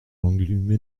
lenglumé